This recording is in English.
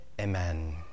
Amen